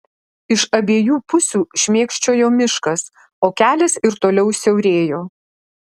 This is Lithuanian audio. iš abiejų pusių šmėkščiojo miškas o kelias ir toliau siaurėjo